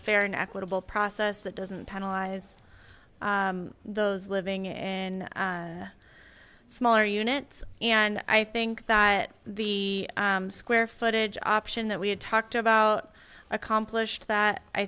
fair and equitable process that doesn't penalize those living in smaller units and i think that the square footage option that we had talked about accomplished that i